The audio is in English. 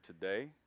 today